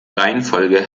reihenfolge